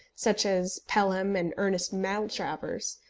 such as pelham and ernest maltravers,